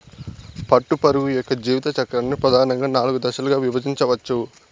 పట్టుపురుగు యొక్క జీవిత చక్రాన్ని ప్రధానంగా నాలుగు దశలుగా విభజించవచ్చు